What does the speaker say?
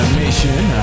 mission